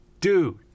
Dude